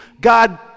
God